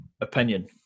opinion